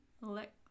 let